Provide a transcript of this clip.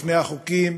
בפני החוקים,